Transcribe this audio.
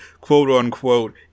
quote-unquote